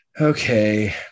okay